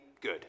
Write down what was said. good